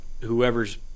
whoever's –